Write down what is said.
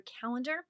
calendar